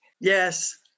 Yes